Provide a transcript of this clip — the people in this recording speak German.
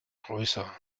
größer